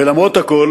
ולמרות הכול